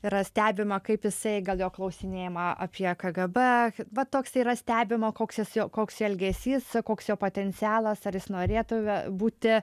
yra stebima kaip jisai gal jo klausinėjama apie kgb va toks yra stebima koks jis koks jo elgesys koks jo potencialas ar jis norėtų būti